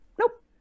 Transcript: nope